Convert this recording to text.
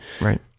Right